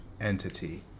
entity